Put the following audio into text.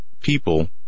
people